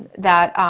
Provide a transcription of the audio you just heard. that,